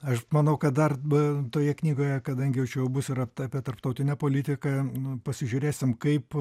aš manau kad dar toje knygoje kadangi jau čia bus ir apie tarptautinę politiką pasižiūrėsim kaip